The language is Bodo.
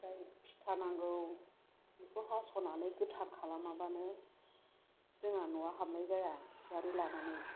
ओमफ्राय फिथा नांगौ बेखौ हास'नानै गोथार खालामाबानो जोंहा न'आव हाबनाय जाया फुजारि लानानै